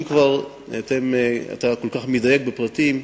אם כבר אתה כל כך מדייק בפרטים,